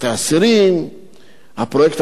ושהפרויקט אפילו יוזיל את השיחות.